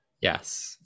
yes